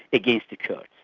against the kurds.